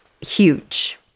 huge